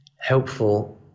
helpful